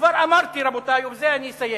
וכבר אמרתי, רבותי, ובזה אני אסיים: